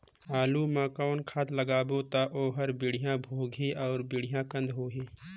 आलू मा कौन खाद लगाबो ता ओहार बेडिया भोगही अउ बेडिया कन्द होही?